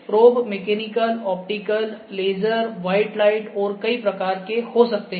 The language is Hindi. probe mechanical optical laser white light और कई प्रकार के हो सकते है